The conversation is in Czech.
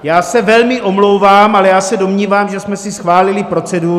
Já se velmi omlouvám, ale já se domnívám, že jsme si schválili proceduru.